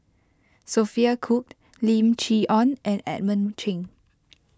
Sophia Cooke Lim Chee Onn and Edmund Cheng